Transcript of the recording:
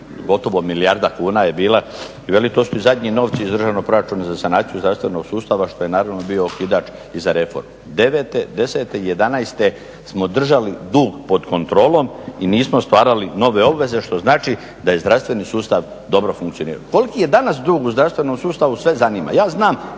gotovo milijarda kuna je bila i veli to su ti zadnji novci iz državnog proračuna za sanaciju zdravstvenog sustava što je naravno bio okidač i za reforme. '09., '10. i '11. smo držali dug pod kontrolom i nismo stvarali nove obveze, što znači da je zdravstveni sustav dobro funkcionirao. Koliki je danas dug u zdravstvenom sustavu sve zanima.